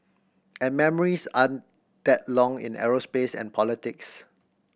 and memories aren't that long in aerospace and politics